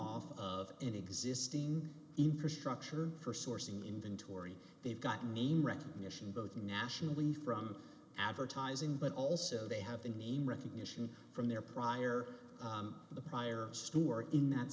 off of an existing infrastructure for sourcing inventory they've gotten name recognition both nationally from advertising but also they have the name recognition from their prior the prior steward in that